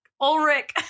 Ulrich